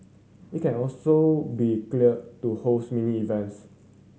it can also be cleared to host mini events